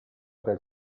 del